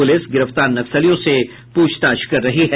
police गिरफ्तार नक्सलियों से पूछताछ कर रही है